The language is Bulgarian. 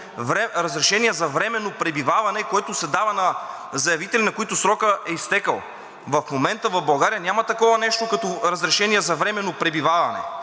разрешение за временно пребиваване, което се дава на заявители, на които срокът е изтекъл. В момента в България няма такова нещо като разрешение за временно пребиваване.